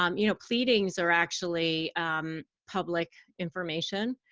um you know pleadings are actually public information.